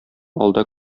алда